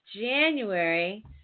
January